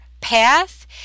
path